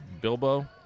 Bilbo